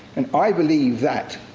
and i believe that,